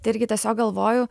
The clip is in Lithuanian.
tai irgi tiesiog galvoju